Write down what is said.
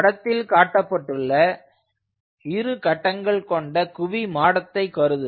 படத்தில் காட்டப்பட்டுள்ள இரு கட்டங்கள் கொண்ட குவி மாடத்தை கருதுக